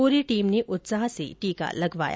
पूरी टीम ने उत्साह से टीका लगाया